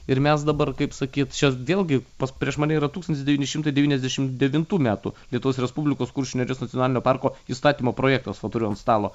ir mes dabar kaip sakyt čia vėlgi pas prieš mane yra tūkstantis devyni šimtai devyniasdešimt devintų metų lietuvos respublikos kuršių nerijos nacionalinio parko įstatymo projektas va turiu ant stalo